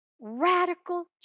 radical